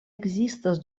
ekzistas